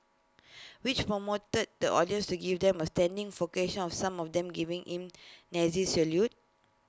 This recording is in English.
which promoted the audience to give them A standing of some of them giving in Nazi salute